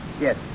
Yes